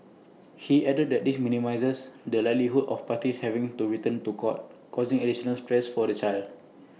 he added that this minimises the likelihood of parties having to return to court causing additional stress for the child